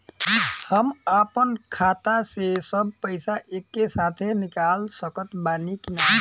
हम आपन खाता से सब पैसा एके साथे निकाल सकत बानी की ना?